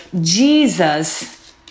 Jesus